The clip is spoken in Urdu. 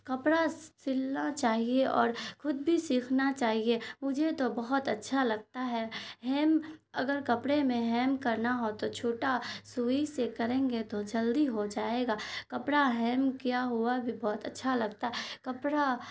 کپڑا سلنا چاہیے اور خود بھی سیکھنا چاہیے مجھے تو بہت اچھا لگتا ہے ہیم اگر کپڑے میں ہیم کرنا ہو تو چھوٹا سوئی سے کریں گے تو جلدی ہو جائے گا کپڑا ہیم کیا ہوا بھی بہت اچھا لگتا ہے کپڑا